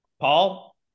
Paul